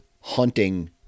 hunting